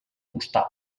postal